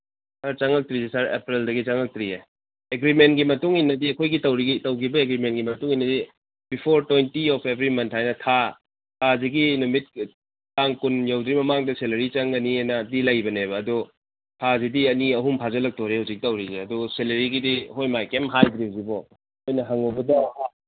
ꯍꯣꯏ ꯆꯪꯉꯛꯇ꯭ꯔꯤꯌꯦ ꯁꯥꯔ ꯑꯦꯄ꯭ꯔꯤꯜꯗꯒꯤ ꯆꯪꯉꯛꯇ꯭ꯔꯤꯌꯦ ꯑꯦꯒ꯭ꯔꯤꯃꯦꯟꯒꯤ ꯃꯇꯨꯡꯏꯟꯅꯗꯤ ꯑꯩꯈꯣꯏꯒꯤ ꯇꯧꯈꯤꯕ ꯑꯦꯒ꯭ꯔꯤꯃꯦꯟꯒꯤ ꯃꯇꯨꯡꯏꯟꯅꯗꯤ ꯕꯤꯐꯣꯔ ꯇ꯭ꯋꯦꯟꯇꯤ ꯑꯣꯞ ꯑꯦꯕ꯭ꯔꯤ ꯃꯟ ꯍꯥꯏꯅ ꯊꯥ ꯊꯥꯁꯤꯒꯤ ꯅꯨꯃꯤꯠ ꯇꯥꯡ ꯀꯨꯟ ꯌꯧꯗ꯭ꯔꯤꯉꯩ ꯃꯃꯥꯡꯗ ꯁꯦꯂꯔꯤ ꯆꯪꯒꯅꯤ ꯑꯅꯗꯤ ꯂꯩꯕꯅꯦꯕ ꯑꯗꯣ ꯊꯥꯁꯤꯗꯤ ꯑꯅꯤ ꯑꯍꯨꯝ ꯐꯥꯖꯤꯜꯂꯛꯇꯣꯔꯦ ꯍꯧꯖꯤꯛ ꯇꯧꯔꯤꯁꯦ ꯑꯗꯨꯒ ꯁꯦꯂꯔꯤꯒꯤꯗꯤ ꯍꯣꯏ ꯃꯥꯏ ꯀꯩꯝ ꯍꯥꯏꯗ꯭ꯔꯤ ꯍꯧꯖꯤꯛ ꯐꯥꯎ ꯑꯩꯈꯣꯏꯅ ꯍꯪꯉꯨꯕꯗ